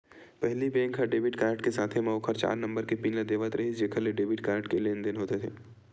पहिली बेंक ह debit card के साथे म ओखर चार नंबर के पिन ल देवत रिहिस जेखर ले डेबिट कारड ले लेनदेन होथे